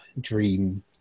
dream